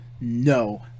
No